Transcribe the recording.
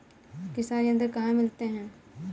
किसान यंत्र कहाँ मिलते हैं?